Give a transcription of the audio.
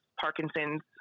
Parkinson's